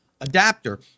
adapter